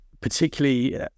particularly